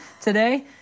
today